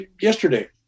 yesterday